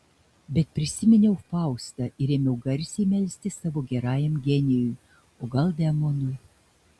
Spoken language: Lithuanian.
bet prisiminiau faustą ir ėmiau garsiai melstis savo gerajam genijui o gal demonui